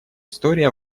истории